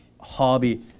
hobby